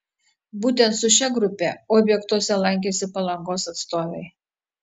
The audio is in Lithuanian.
būtent su šia grupe objektuose lankėsi palangos atstovai